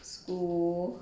school